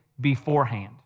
beforehand